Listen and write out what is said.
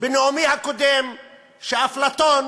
בנאומי הקודם שאפלטון,